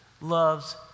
loves